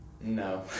No